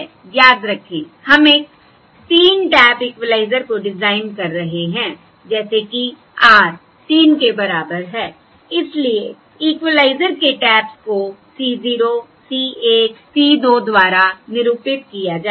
याद रखें हम एक 3 टैप इक्विलाइजर को डिजाइन कर रहे हैं जैसे कि R 3 के बराबर है इसलिए इक्विलाइजरके टैप्स को C 0 C 1 C 2 द्वारा निरूपित किया जाए